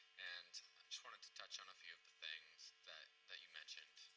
and and just wanted to touch on a few of the things that that you mentioned.